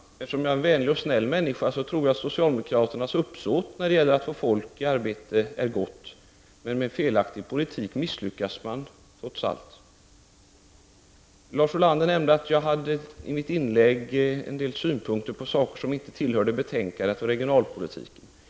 Herr talman! Eftersom jag är en vänlig och snäll människa tror jag att socialdemokraternas uppsåt när det gäller att få folk i arbete är gott, men med felaktig politik misslyckas man, trots allt. Lars Ulander nämnde att jag i mitt inlägg hade en del synpunkter på frågor som inte tillhörde betänkandet och regionalpolitiken.